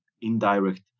indirect